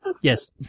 Yes